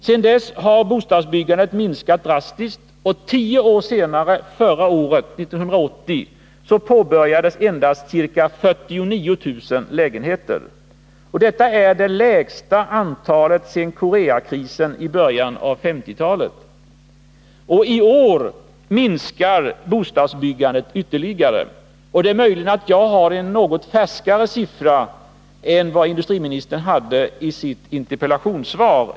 Sedan dess har bostadsbyggandet minskat drastiskt, och tio år senare, dvs. förra året, påbörjades endast ca 49 000 lägenheter. Det är det lägsta antalet sedan Koreakrisen i början av 1950-talet. I år minskar bostadsbyggandet ytterligare. Det är möjligt att jag här har något färskare siffror än de industriministern hade som underlag för sitt interpellationssvar.